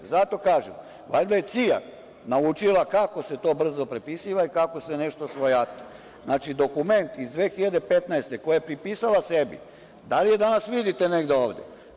Zato kažem, valjda je CIA naučila kako se to brzo prepisuje i kako se nešto svojata, znači dokument iz 2015. godine, koji je prepisala sebi, da li je danas vidite negde ovde?